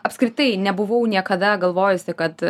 apskritai nebuvau niekada galvojusi kad